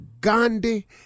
Gandhi